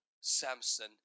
Samson